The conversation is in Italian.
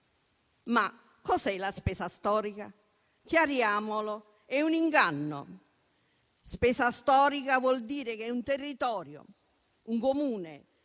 Ma cos'è la spesa storica? Chiariamolo: è un inganno. Spesa storica vuol dire che un territorio, un Comune